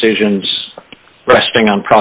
decisions resting on